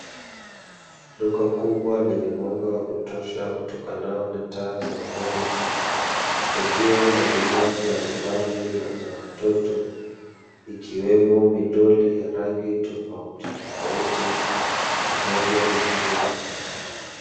Duka kubwa lenye mwanga wa kutosha utokanao na taa za umeme likiwa na bidhaa mbalimbali za watoto ikiwemo midoli ya rangi tofautitofauti pamoja na nguo.